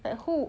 like